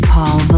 Paul